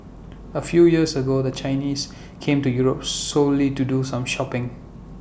A few years ago the Chinese came to Europe solely to do some shopping